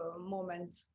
moment